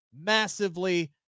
massively